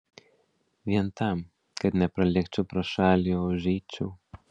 vien tam kad nepralėkčiau pro šalį o užeičiau